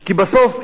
כי בסוף,